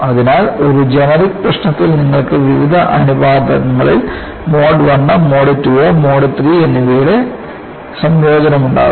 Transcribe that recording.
അതിനാൽ ഒരു ജനറിക് പ്രശ്നത്തിൽ നിങ്ങൾക്ക് വിവിധ അനുപാതങ്ങളുടെ mode I mode II mode III എന്നിവയുടെ സംയോജനമുണ്ടാകും